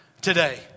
today